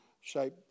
shape